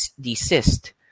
desist